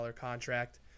contract